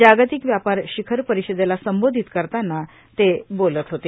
जागतिक व्यापार शिखर परिषदेला संबोधित करताना ते बोलत होते